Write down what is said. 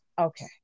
Okay